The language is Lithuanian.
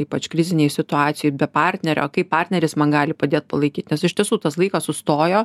ypač krizinėj situacijoj be partnerio kaip partneris man gali padėt palaikyt nes iš tiesų tas laikas sustojo